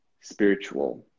spiritual